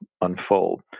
Unfold